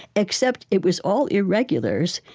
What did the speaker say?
except it was all irregulars,